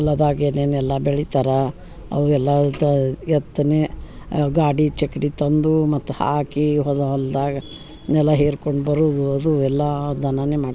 ಹೊಲದಾಗ ಏನೇನೆಲ್ಲ ಬೆಳಿತಾರ ಅವ ಎಲ್ಲಾದ ಎತ್ತನೆ ಗಾಡಿ ಚಕ್ಕಡಿ ತಂದು ಮತ್ತು ಹಾಕಿ ಹೊದ ಹೊಲ್ದಾಗ ನೆಲ ಹೀರ್ಕೊಂಡು ಬರುದು ಅದು ಎಲ್ಲಾ ದನನೆ ಮಾಡ್ತಿದ್ವು